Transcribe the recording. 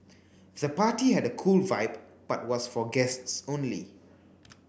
the party had a cool vibe but was for guests only